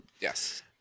Yes